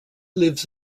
lives